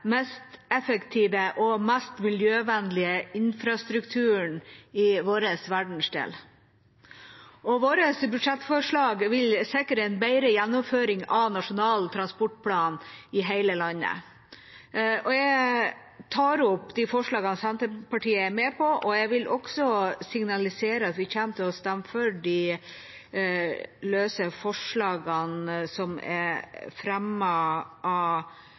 mest effektive og mest miljøvennlige infrastrukturen i vår verdensdel. Vårt budsjettforslag vil sikre en bedre gjennomføring av Nasjonal transportplan i hele landet. – Jeg vil signalisere at Senterpartiet kommer til å stemme for de løse forslagene som er fremmet av